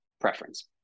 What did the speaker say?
preference